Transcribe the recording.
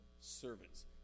Servants